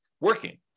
working